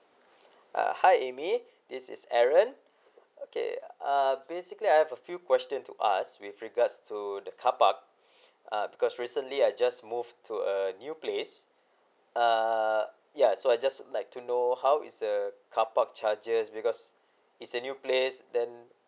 uh hi amy this is aaron okay uh basically I have a few question to ask with regards to the carpark uh because recently I just move to a new place uh ya so I just like to know how is the carpark charges because it's a new place then